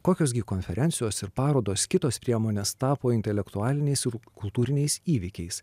kokios gi konferencijos ir parodos kitos priemonės tapo intelektualiniais ir kultūriniais įvykiais